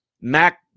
Mac